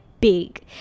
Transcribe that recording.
big